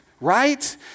right